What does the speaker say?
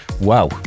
Wow